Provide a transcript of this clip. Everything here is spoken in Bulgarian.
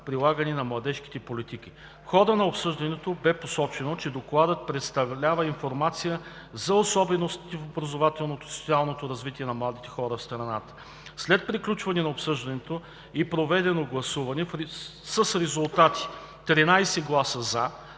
прилагането на младежките политики. В хода на обсъждането бе посочено, че Докладът предоставя информация за особеностите в образователното и социалното развитие на младите хора в страната. След приключване на обсъждането и проведено гласуване с резултати: 13 гласа „за“,